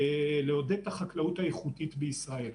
לעודד את החקלאות האיכותית בישראל.